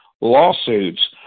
lawsuits